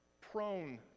prone